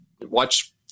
watch